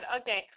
okay